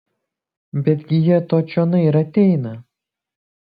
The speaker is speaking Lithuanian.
betgi jie to čionai ir ateina